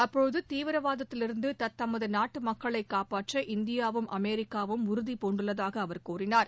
அப்போது தீவிரவாதத்திலிருந்து தத்தமது நாட்டு மக்களைக் காப்பாற்ற இந்தியாவும் அமெரிக்காவும் உறுதிபூண்டுள்ளதாக அவர் கூறினார்